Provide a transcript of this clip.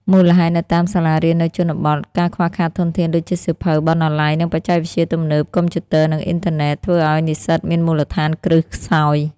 មូលហេតុនៅតាមសាលារៀននៅជនបទ ការខ្វះខាតធនធានដូចជាសៀវភៅ បណ្ណាល័យ និងបច្ចេកវិទ្យាទំនើប (កុំព្យូទ័រ និងអ៊ីនធឺណិត) ធ្វើឲ្យនិស្សិតមានមូលដ្ឋានគ្រឹះខ្សោយ។